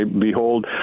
Behold